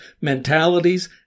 mentalities